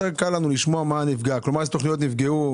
יותר קל לנו לשמוע מה נפגע, איזה תכניות נפגעו.